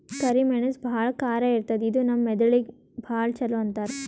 ಕರಿ ಮೆಣಸ್ ಭಾಳ್ ಖಾರ ಇರ್ತದ್ ಇದು ನಮ್ ಮೆದಳಿಗ್ ಭಾಳ್ ಛಲೋ ಅಂತಾರ್